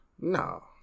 No